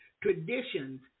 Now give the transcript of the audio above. traditions